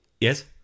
Yes